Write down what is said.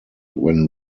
when